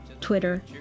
Twitter